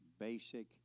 Basic